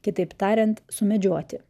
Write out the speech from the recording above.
kitaip tariant sumedžioti